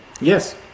Yes